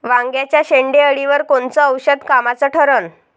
वांग्याच्या शेंडेअळीवर कोनचं औषध कामाचं ठरन?